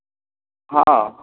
ହଁ